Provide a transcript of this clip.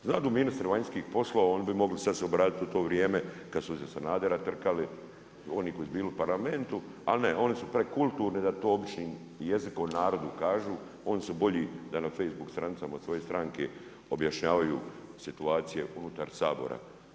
Znaju ministri vanjskih poslova, oni bi se mogli obratiti u to vrijeme, kad su za Sanadera trkali, oni koji su bili u Parlamentu, ali ne oni su prekulturni da to običnom jezikom, narodu kažu, oni su bolji, da na facebook stranicama svoje stranke objašnjavaju situacije unutar Sabora.